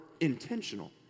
intentional